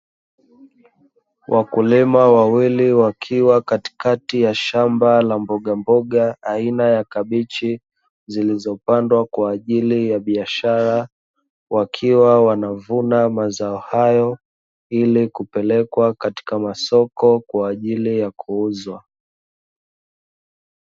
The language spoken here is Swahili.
Wakulima wawili wakiwa katika shamba la mbogamboga aina ya kabichi zilizopandwa kwajili ya biashara. Wakiwa wanavuna mazao hayo ili kupeleka katika masoko, kwa ajili ya kuuza.